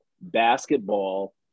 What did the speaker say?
basketball